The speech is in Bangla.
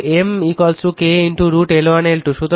তো M K √ L1 L2